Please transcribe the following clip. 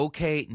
Okay